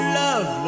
love